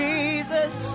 Jesus